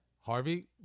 Harvey